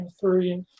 three